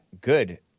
good